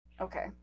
Okay